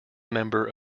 member